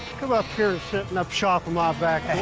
come up here setting up shop um um